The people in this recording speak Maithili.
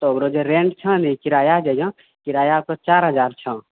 तऽ ओकरा जे रेन्ट छौ ने किराआ जे होइए किराआ ओकर चार हजार छौ